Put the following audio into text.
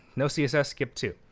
no css skip to.